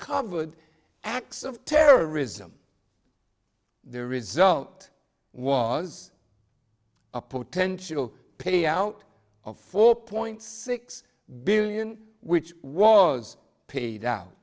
covered acts of terrorism the result was a potential payout of four point six billion which was paid out